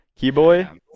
Keyboy